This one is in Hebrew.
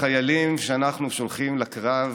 החיילים שאנחנו שולחים לקרב,